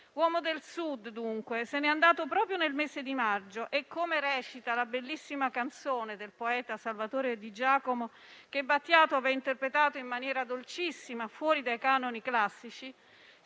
Uomo del Sud, dunque, se n'è andato proprio nel mese di maggio e come recita la bellissima canzone del poeta Salvatore Di Giacomo che Battiato aveva interpretato in maniera dolcissima, fuori dai canoni classici: